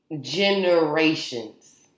generations